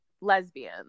lesbian